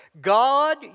God